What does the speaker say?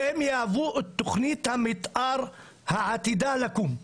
שהם יהווה תכנית המתאר העתידה לקום.